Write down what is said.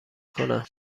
کنم